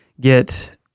get